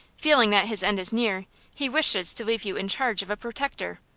feeling that his end is near, he wishes to leave you in charge of a protector.